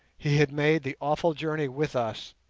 he had made the awful journey with us,